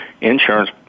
insurance